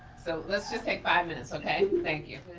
so let's just take five minutes, okay? thank you.